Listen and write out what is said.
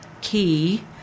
key